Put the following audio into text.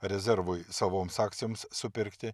rezervui savoms akcijoms supirkti